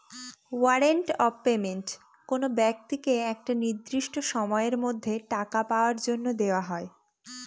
warrant of payment কোনো ব্যক্তিকে একটা নির্দিষ্ট সময়ের মধ্যে টাকা পাওয়ার জন্য দেওয়া হয়